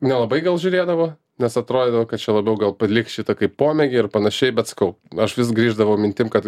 nelabai gal žiūrėdavo nes atrodydavo kad čia labiau gal palik šitą kaip pomėgį ir panašiai bet sakau aš vis grįždavau mintim kad